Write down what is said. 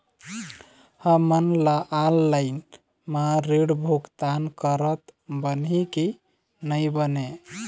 हमन ला ऑनलाइन म ऋण भुगतान करत बनही की नई बने?